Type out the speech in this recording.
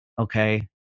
okay